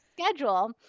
schedule